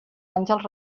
àngels